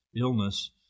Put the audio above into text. illness